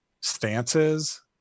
stances